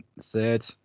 third